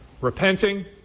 repenting